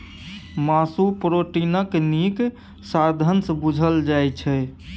मासु प्रोटीनक नीक साधंश बुझल जाइ छै